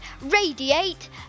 Radiate